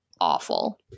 awful